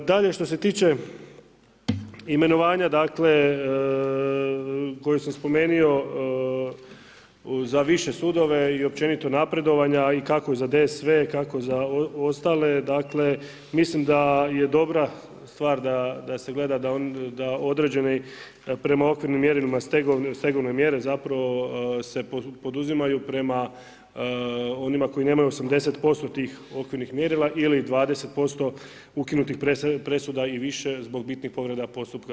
Dalje, što se tiče imenovanja dakle, koje sam spomenuo za više sudove i općenito napredovanja i kako je za DSV, kako za ostale, dakle, mislim da je dobra stvar da se gleda da određeni prema okvirnim mjerilima, stegovne mjere zapravo se poduzimaju prema onima koji nemaju 80% tih okvirnih mjerila ili 20% ukinutih presuda i više zbog bitnih povreda postupka.